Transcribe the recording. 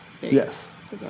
Yes